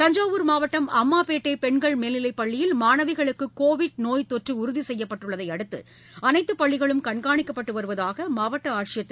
தஞ்சாவூர் மாவட்டம் அம்மாபேட்டை பெண்கள் மேல்நிலைப்பள்ளியில் மாணவிகளுக்கு கோவிட் நோய் தொற்று உறுதி செய்யப்பட்டுள்ளதையடுத்து அனைத்து பள்ளிகளும் கண்காணிக்கப்பட்டு வருவதாக மாவட்ட ஆட்சியர் திரு கோவிந்தராவ் தெரிவித்துள்ளார்